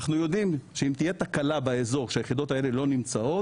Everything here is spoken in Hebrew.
אנחנו יודעים שאם תהיה תקלה באזור שהיחידות האלה לא נמצאות,